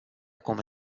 come